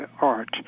art